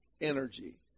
energy